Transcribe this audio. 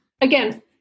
again